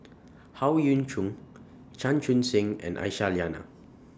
Howe Yoon Chong Chan Chun Sing and Aisyah Lyana